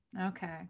Okay